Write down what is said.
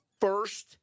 first